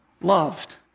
Loved